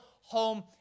home